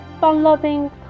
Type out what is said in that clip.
fun-loving